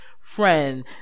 friend